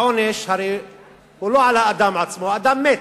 הרי העונש אינו על האדם עצמו, האדם מת,